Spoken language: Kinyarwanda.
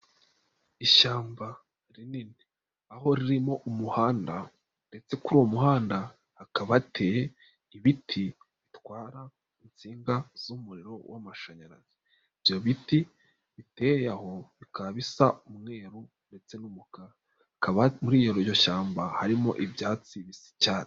Ishyamba rinini, aho ririmo umuhanda ndetse kuri uwo muhanda hakaba hateye ibiti bitwara insinga z'umuriro w'amashanyarazi. Ibyo biti biteye aho bikaba bisa umweru ndetse muri iryo shyamba harimo ibyatsi bibisi cyane.